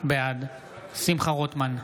בעד שמחה רוטמן,